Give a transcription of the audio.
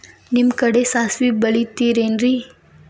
ನಿಮ್ಮ ಕಡೆ ಸಾಸ್ವಿ ಬೆಳಿತಿರೆನ್ರಿ?